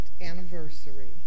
anniversary